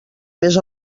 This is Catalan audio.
més